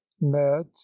met